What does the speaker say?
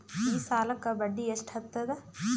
ಈ ಸಾಲಕ್ಕ ಬಡ್ಡಿ ಎಷ್ಟ ಹತ್ತದ?